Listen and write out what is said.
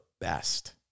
best